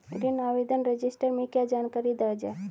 ऋण आवेदन रजिस्टर में क्या जानकारी दर्ज है?